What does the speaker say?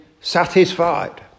satisfied